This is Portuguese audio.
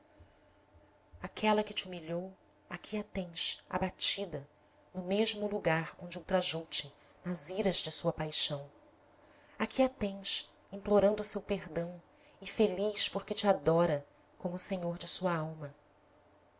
aquela que te humilhou aqui a tens abatida no mesmo lugar onde ultrajou te nas iras de sua paixão aqui a tens implorando seu perdão e feliz porque te adora como o senhor de sua alma